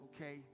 Okay